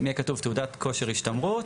אם יהיה כתוב תעודת כושר השתמרות.